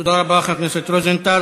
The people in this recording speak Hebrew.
תודה רבה לחבר הכנסת רוזנטל.